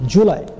July